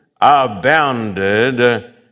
abounded